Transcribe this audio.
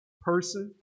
person